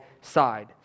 side